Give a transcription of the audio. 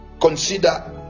Consider